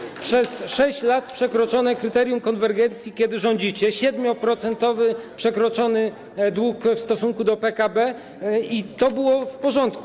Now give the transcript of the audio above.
Znowuż przez 6 lat przekroczone kryterium konwergencji, kiedy rządzicie, 7-procentowy przekroczony dług w stosunku do PKB i to było w porządku.